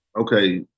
Okay